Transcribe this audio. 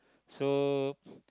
so